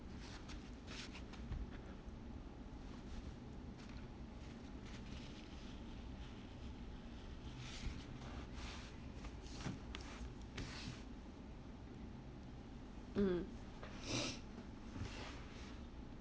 mm